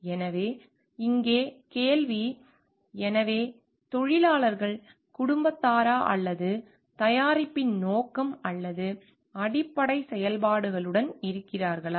எனவே இங்கே கேள்வி அது எனவே தொழிலாளர்கள் குடும்பத்தாரா அல்லது தயாரிப்பின் நோக்கம் அல்லது அடிப்படை செயல்பாடுகளுடன் இருக்கிறார்களா